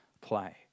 play